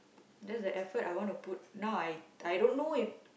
that's the effort I want to put now I I don't know if